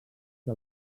que